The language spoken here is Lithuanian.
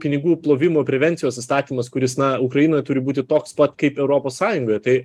pinigų plovimo prevencijos įstatymas kuris na ukrainoj turi būti toks pat kaip europos sąjungoje tai